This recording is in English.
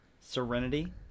Serenity